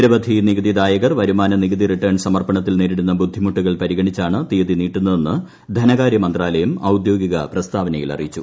നിരവധി നികുതിദായകർ വരുമാന നികുതി റിട്ടേൺ സമർപ്പണത്തിൽ നേരിടുന്ന ബുദ്ധിമുട്ടുകൾ പരിഗണിച്ചാണ് തീയതി നീട്ടുന്നതെന്ന് ധനകാര്യമന്ത്രാലയം ഔദ്യോഗിക പ്രസ്താവനയിൽ അറിയിച്ചു